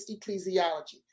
ecclesiology